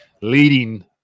leading